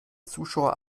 zuschauer